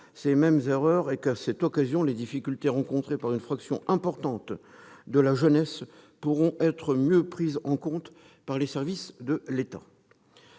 les mêmes erreurs et qu'à cette occasion les difficultés rencontrées par une fraction importante de la jeunesse pourront être mieux prises en compte par les services de l'État.